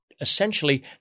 essentially